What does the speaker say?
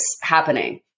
happening